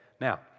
Now